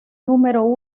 número